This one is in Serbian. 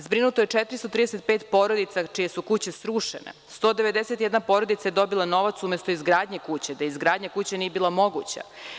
Zbrinuto je 435 porodica čije su kuće srušene, 191 porodica je dobila novac umesto izgradnje kuće, gde izgradnja kuće nije bila moguća.